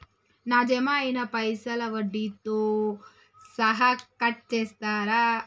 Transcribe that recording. నా జమ అయినా పైసల్ వడ్డీతో సహా కట్ చేస్తరా?